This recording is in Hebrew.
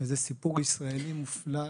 זה סיפור ישראלי מופלא,